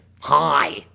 Hi